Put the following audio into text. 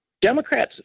Democrats